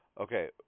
Okay